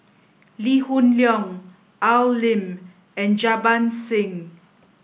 Lee Hoon Leong Al Lim and Jarbans Singh